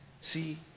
see